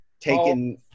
taken